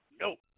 nope